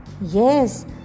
Yes